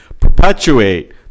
perpetuate